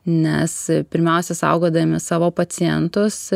nes pirmiausia saugodami savo pacientus